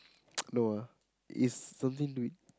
no ah it's something to it